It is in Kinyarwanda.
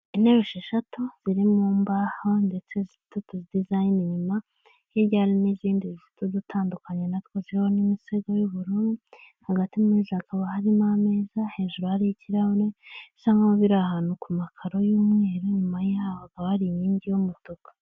Intebe esheshatu ziri mu mbaho ndetse zitatu zifite utudizayini inyuma hirya hari n'izindi zifite udutandukanye natwo ziriho n'imisego y'ubururu, hagati muri zo hakaba harimo ameza hejuru hari ikirahure bisa nkaho ari ahantu ku makaro y'umweru, inyuma yaho hari inkingi y'umutuku.